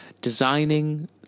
designing